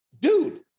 dude